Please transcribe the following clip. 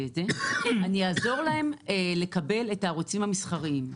והיא לכן תעזור להם לקבל את הערוצים המסחריים.